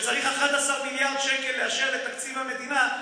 כשצריך 11 מיליארד שקל לאשר לתקציב המדינה,